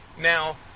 Now